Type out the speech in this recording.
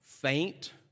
Faint